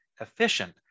efficient